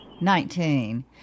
Nineteen